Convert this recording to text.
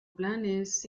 planes